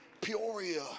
Peoria